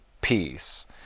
peace